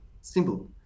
Simple